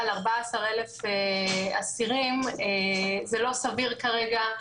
על 14,000 אסירים זה לא סביר כרגע.